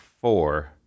four